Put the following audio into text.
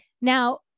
Now